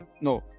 No